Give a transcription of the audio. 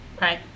Right